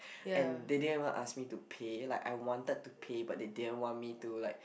and they didn't even ask me to pay like I wanted to pay but they didn't want me to like